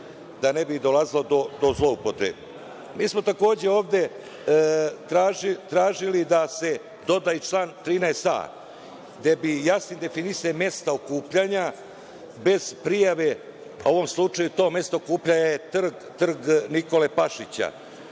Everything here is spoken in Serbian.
da ne bi dolazilo do zloupotrebe. Mi smo takođe ovde tražili da se doda i član 13a, gde bi jasnim definisanjem mesta okupljanja bez prijave, a u ovom slučaju to mesto okupljanja je Trg Nikole Pašića